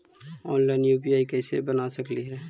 Online UPI कैसे बना सकली ही?